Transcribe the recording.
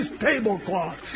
tablecloth